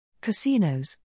Casinos